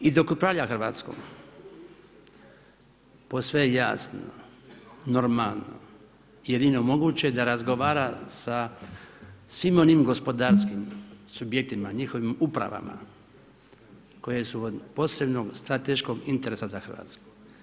I dok upravlja Hrvatskom posve je jasno, normalno jedino moguće da razgovara svim onim gospodarskim subjektima, njihovim upravama koje su od posebnog strateškog interesa za Hrvatsku.